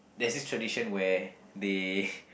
there's this tradition where they